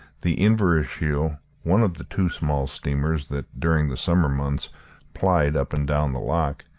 the inverashiel one of the two small steamers that during the summer months plied up and down the loch,